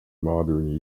modern